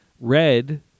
red